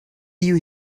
you